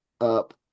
up